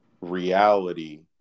reality